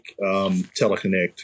Teleconnect